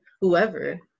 whoever